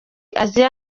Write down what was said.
asia